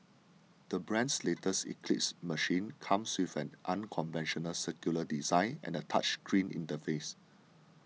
the brand's latest Eclipse machine comes with an unconventional circular design and a touch screen interface